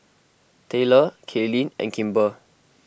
Tayler Kaylynn and Kimber